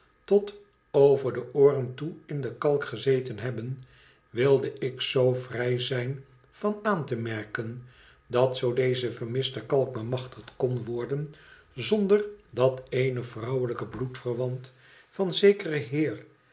tot over de ooren toe in dekalk gezeten hebben wilde ik zoo vrij zijn van aan te merken dat zoo deze vermiste kalk bemachtigd kon worden zonder dat eene vrouwelijke bloedverwant van zekeren heer